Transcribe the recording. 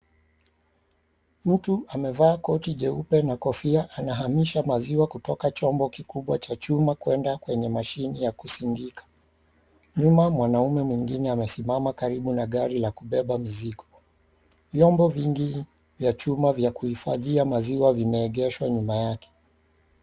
Mtu amevaa koti jeupe na kofia anahamisha maziwa kutoka chombo kikubwa cha chuma kuenda kwenye mashini yakusingika. Nyuma mwanaume mwingine amesimama karibu na gari la kubeba mizigo. Vyombo vingi vya chuma vya kuhifandhia maziwa vimeegeshwa nyuma yake.